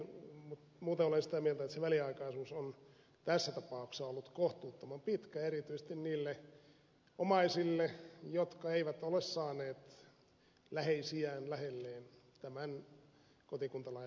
muuten olen sitä mieltä että se väliaikaisuus on tässä tapauksessa ollut kohtuuttoman pitkä erityisesti niille omaisille jotka eivät ole saaneet läheisiään lähelleen tämän kotikuntalain rajoitteen vuoksi